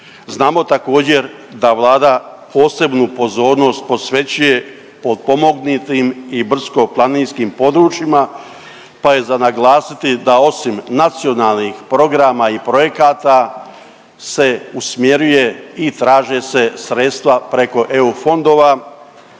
Znamo također da Vlada posebnu pozornost posvećuje potpomognutim i brdsko-planinskim područjima, pa je za naglasiti da osim nacionalnih programa i projekata se usmjeruje i traže se sredstva preko EU fondova